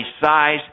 size